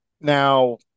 Now